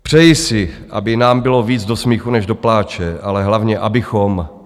Přeji si, aby nám bylo víc do smíchu než do pláče, ale hlavně abychom...